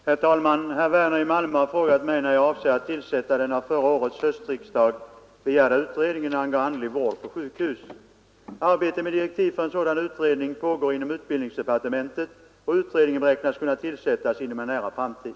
Herr talman! Herr Werner i Malmö har frågat mig när jag avser att tillsätta den av förra årets höstriksdag begärda utredningen angående andlig vård på sjukhus. Arbete med direktiv för en sådan utredning pågår inom utbildningsdepartementet och utredningen beräknas kunna tillsättas inom en nära framtid.